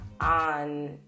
on